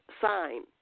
sign